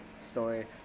story